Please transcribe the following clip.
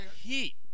heat